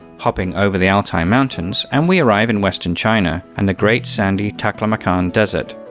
hopping over the altai mountains, and we arrive in western china, and the great sandy taklamakan desert,